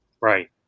Right